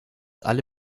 alle